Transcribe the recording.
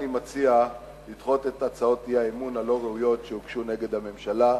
אני מציע לדחות את הצעות האי-אמון הלא-ראויות שהוגשו נגד הממשלה.